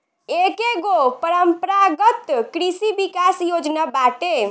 एकेगो परम्परागत कृषि विकास योजना बाटे